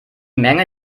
menge